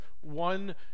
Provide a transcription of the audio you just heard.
one